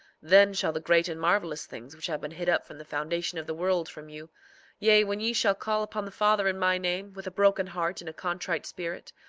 then shall the great and marvelous things which have been hid up from the foundation of the world from you yea, when ye shall call upon the father in my name, with a broken heart and a contrite spirit,